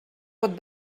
pot